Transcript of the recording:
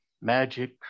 magic